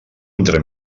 entre